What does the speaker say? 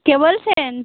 কে বলছেন